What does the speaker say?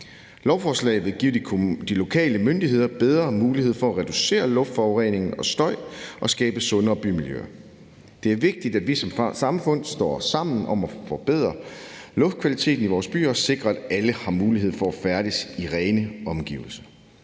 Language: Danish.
Lovforslaget vil give de lokale myndigheder bedre mulighed for at reducere luftforureningen og støj og skabe sundere bymiljøer. Det er vigtigt, at vi som samfund står sammen om at forbedre luftkvaliteten i vores byer og sikre, at alle har mulighed for at færdes i rene omgivelser.